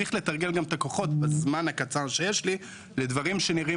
שצריך לתרגל גם את הכוחות בזמן הקצר שיש לי לדברים שנראים